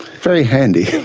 very handy.